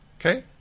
Okay